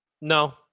No